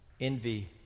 envy